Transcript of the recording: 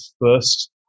first